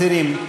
מסירים.